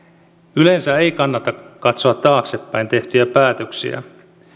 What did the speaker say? yleensä ei kannata katsoa taaksepäin tehtyjä päätöksiä